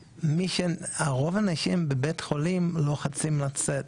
רוב האנשים בבית חולים לוחצים לצאת.